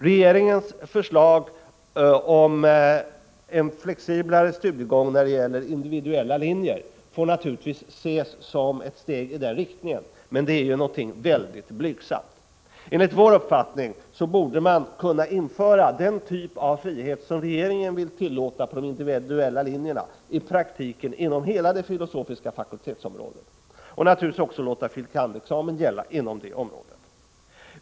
Regeringens förslag om en flexiblare studiegång när det gäller individuella linjer får naturligtvis ses som ett steg i den riktningen, men det är ju någonting väldigt blygsamt. Enligt vår uppfattning borde man kunna införa samma typ av frihet som regeringen vill tillåta på de individuella linjerna inom hela det filosofiska fakultetsområdet i praktiken, och naturligtvis låta fil.kand.-examen gälla inom det området.